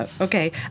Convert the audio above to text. Okay